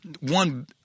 one